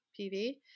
PV